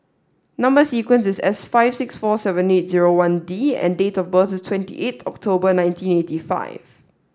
number sequence is S five six four seven eight zero one D and date of birth is twenty eight October nineteen eighty five